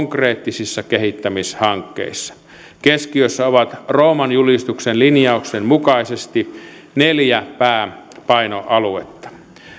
konkreettisissa kehittämishankkeissa keskiössä ovat rooman julistuksen linjausten mukaisesti neljä pääpainoaluetta